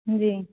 जी